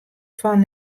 fan